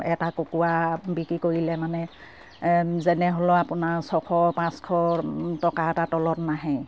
এটা কুকুৰা বিক্ৰী কৰিলে মানে যেনে হ'লেও আপোনাৰ ছশ পাঁচশ টকা এটাৰ তলত নাহে